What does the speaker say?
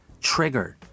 triggered